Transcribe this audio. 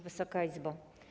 Wysoka Izbo!